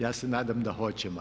Ja se nadam da hoćemo.